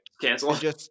cancel